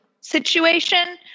situation